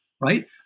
right